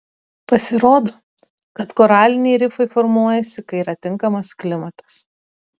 pasirodo kad koraliniai rifai formuojasi kai yra tinkamas klimatas